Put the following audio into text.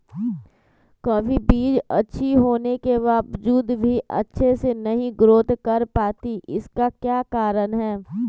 कभी बीज अच्छी होने के बावजूद भी अच्छे से नहीं ग्रोथ कर पाती इसका क्या कारण है?